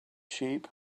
sheep